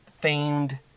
famed